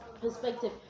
Perspective